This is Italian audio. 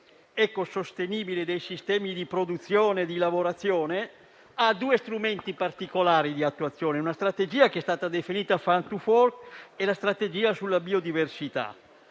ecosostenibile dei sistemi di produzione e di lavorazione, ha due strumenti particolari di attuazione: una strategia che è stata definita Farm to fork e la strategia sulla biodiversità.